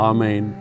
Amen